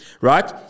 right